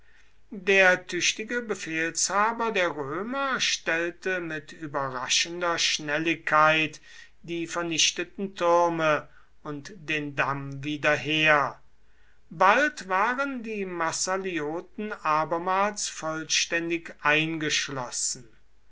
der tüchtige befehlshaber der römer stellte mit überraschender schnelligkeit die vernichteten türme und den damm wieder her bald waren die massalioten abermals vollständig eingeschlossen